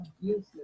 Useless